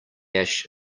ash